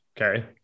Okay